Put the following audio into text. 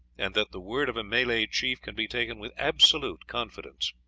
and that the word of a malay chief can be taken with absolute confidence.